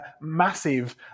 massive